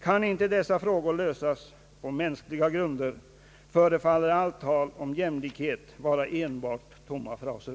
Kan inte dessa frågor lösas på sådana mänskliga grunder, förefaller allt tal om jämlikhet vara enbart tomma fraser.